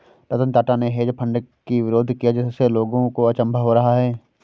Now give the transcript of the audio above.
रतन टाटा ने hedge fund की विरोध किया जिससे लोगों को अचंभा हो रहा है